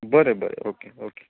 बरें बरें okay okay thank you